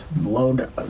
load